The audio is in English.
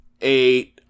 eight